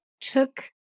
took